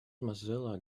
mozilla